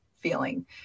feeling